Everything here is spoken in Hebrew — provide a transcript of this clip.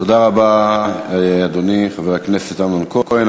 תודה רבה, אדוני חבר הכנסת אמנון כהן.